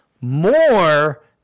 more